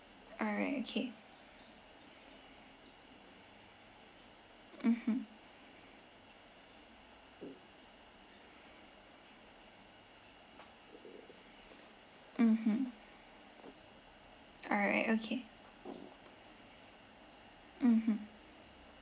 alright okay mmhmm mmhmm all right okay mmhmm